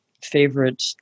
Favorite